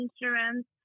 insurance